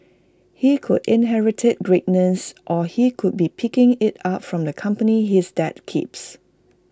he could inherit greatness or he could be picking IT up from the company his dad keeps